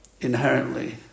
inherently